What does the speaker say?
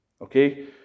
Okay